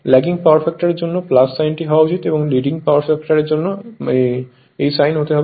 lagging পাওয়ারের জন্য সাইনটি হওয়া উচিত এবং লিডিং পাওয়ার ফ্যাক্টর এর সাইন হতে হবে